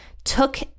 took